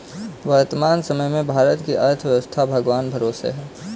वर्तमान समय में भारत की अर्थव्यस्था भगवान भरोसे है